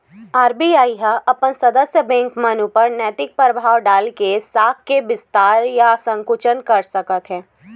RBI ह अपन सदस्य बेंक मन ऊपर नैतिक परभाव डाल के साख के बिस्तार या संकुचन कर सकथे